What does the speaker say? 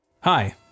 Hi